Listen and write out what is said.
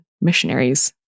missionaries